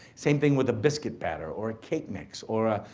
same thing with a biscuit batter or a cake mix or a,